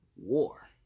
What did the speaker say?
war